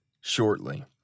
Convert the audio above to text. shortly